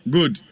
Good